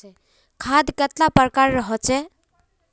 खाद कतेला प्रकारेर होचे?